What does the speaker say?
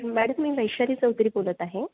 madam मी वैशाली चौधरी बोलत आहे